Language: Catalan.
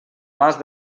mas